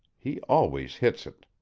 he always hits it.